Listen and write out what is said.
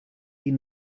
die